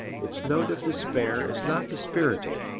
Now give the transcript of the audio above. its note of despair is not dispiriting.